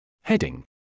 Heading